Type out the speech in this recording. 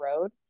road